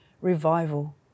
revival